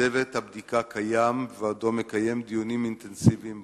צוות הבדיקה קיים ועודו מקיים דיונים אינטנסיביים בנושא,